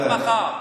עוד מחר.